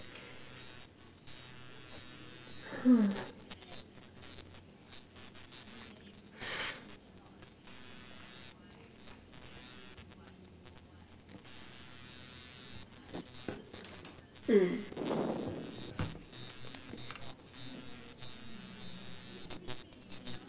mm mm